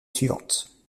suivante